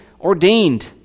ordained